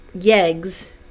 yeggs